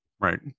Right